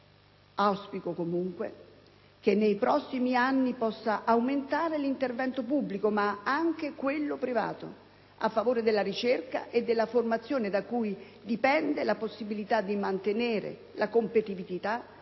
Auspico comunque che nei prossimi anni possa aumentare l'intervento pubblico, ma anche quello privato, a favore della ricerca e della formazione, da cui dipende la possibilità di mantenere la competitività del sistema Italia ed un ruolo propulsivo